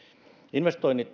investoinnit